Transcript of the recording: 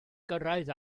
gyrraedd